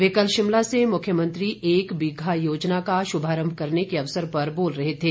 वे कल शिमला से मुख्यमंत्री एक बीघा योजना का शुभारंभ करने के अवसर पर बोल रहे थे